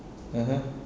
(uh huh)